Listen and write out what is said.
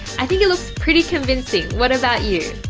i think it looks pretty convincing. what about you?